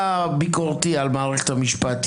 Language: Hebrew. אתה ביקורתי על מערכת המשפט.